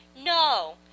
No